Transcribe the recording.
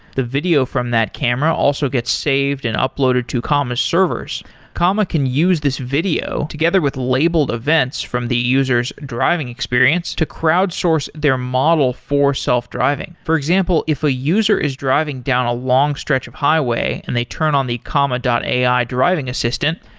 the video from that camera also gets saved and uploaded to comma's servers comma can use this video, together with labeled events from the user s driving experience to crowdsource their model for self-driving. for example, if a user is driving down a long stretch of highway and they turn on the comma and ai driving assistant,